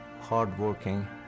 hardworking